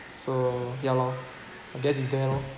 so ya lor I guess is there lor